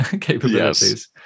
capabilities